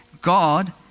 God